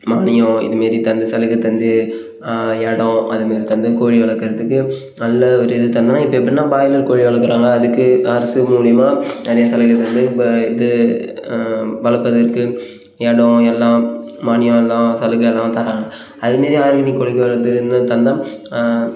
மானியம் இது மாரி தந்து சலுகை தந்து இடம் அதை மாரி தந்து கோழி வளர்க்குறதுக்கு நல்ல ஒரு இது தந்ததுனா இப்போ எப்படின்னா ப்ராய்லர் கோழி வளர்க்குறாங்க அதுக்கு அரசு மூலயமா நிறையா சலுகை தந்து இப்போ இது வளர்ப்பதற்கு இடம் எல்லாம் மானியம் எல்லாம் சலுகை எல்லாம் தராங்கள் அது மாரி ஆர்கானிக் கோழிகள் வளர்த்து இன்னும் தந்தால்